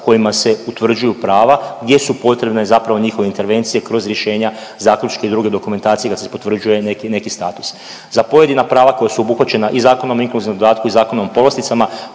kojima se utvrđuju prava gdje su potrebne zapravo njihove intervencije kroz rješenja, zaključke i druge dokumentacije kad se potvrđuje neki status. Za pojedina prava koja su obuhvaćena i Zakonom o inkluzivnom dodatku i zakonom o povlasticama,